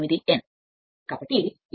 8 n కాబట్టి n 0